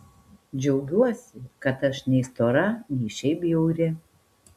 džiaugiuosi kad aš nei stora nei šiaip bjauri